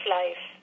life